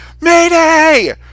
Mayday